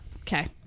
okay